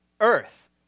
earth